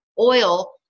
oil